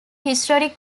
historic